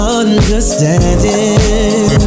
understanding